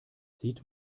sieht